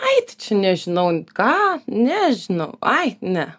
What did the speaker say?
ai tai čia nežinau ką nežinau ai ne